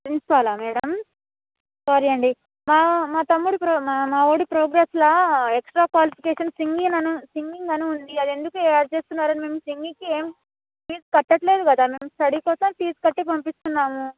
ప్రిన్సిపాలా madam sorry అండి మా మా తమ్ముడు ప్రో మా మావాడి ప్రోగ్రెస్లో ఎక్స్ట్రా క్వాలిఫికేషన్ సింగింగ్ నన్ సింగింగ్ అని ఉంది అది ఎందుకు యాడ్ చేస్తున్నారండి మేము సింగింగ్కి ఏమి ఫీజు కట్టట్లేదు కదా మేము స్టడీ కోసం ఫీజు కట్టి పంపిస్తున్నాము